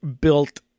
built